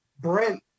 Brent